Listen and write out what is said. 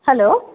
hello